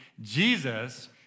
Jesus